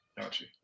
Gotcha